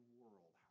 world